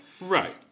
right